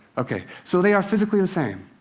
okay. so they are physically the same.